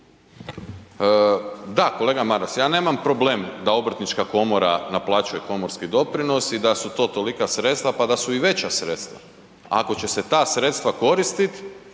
Da kolega Maras, ja nemam problem da Obrtnička komora naplaćuje komorski doprinos i da su to tolika sredstva pa da su i veća sredstva ako će se ta sredstva koristiti